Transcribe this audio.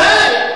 מתי?